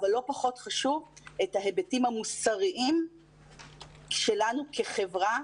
אבל לא פחות חשוב את ההיבטים המוסריים שלנו כחברה